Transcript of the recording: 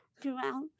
throughout